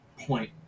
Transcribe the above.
point